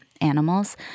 animals—